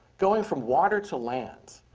going from water to land.